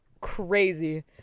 crazy